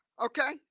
Okay